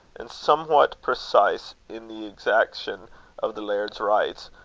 and somewhat precise in the exaction of the laird's rights,